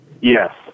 Yes